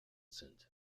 sind